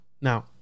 Now